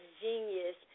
genius